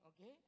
okay